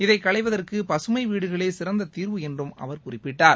இதைக் களைவதற்கு பசுமை வீடுகளே சிறந்த தீர்வு என்றும் அவர் குறிப்பிட்டார்